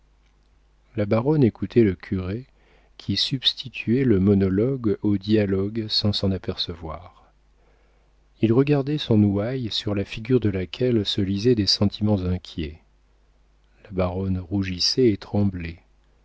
la baronne écoutait le curé qui substituait le monologue au dialogue sans s'en apercevoir il regardait son ouaille sur la figure de laquelle se lisaient des sentiments inquiets la baronne rougissait et tremblait